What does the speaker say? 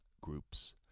groups